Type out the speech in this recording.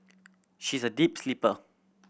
she is a deep sleeper